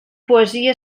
poesia